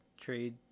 trade